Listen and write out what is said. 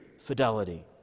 fidelity